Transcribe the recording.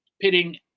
pitting